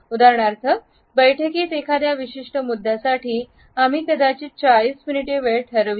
उदाहरणार्थ बैठकीत एखाद्या विशिष्ट मुद्द्यासाठी आम्ही कदाचित 40 मिनिटे वेळ ठरवली